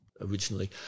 originally